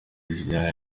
julienne